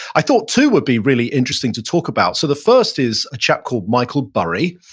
i thought too would be really interesting to talk about. so the first is a chap called michael burry.